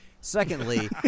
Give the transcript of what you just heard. Secondly